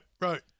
right